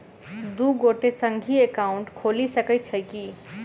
दु गोटे संगहि एकाउन्ट खोलि सकैत छथि की?